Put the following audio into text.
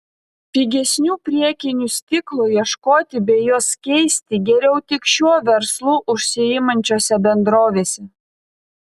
pigesnių priekinių stiklų ieškoti bei juos keisti geriau tik šiuo verslu užsiimančiose bendrovėse